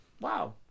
Wow